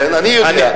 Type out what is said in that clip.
כן, אני יודע.